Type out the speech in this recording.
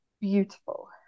beautiful